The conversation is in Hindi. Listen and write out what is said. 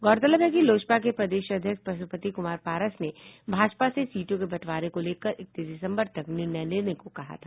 गौरतलब है कि लोजपा के प्रदेश अध्यक्ष पशुपति कुमार पारस ने भाजपा से सीटों के बंटवारे को लेकर इकतीस दिसम्बर तक निर्णय लेने को कहा था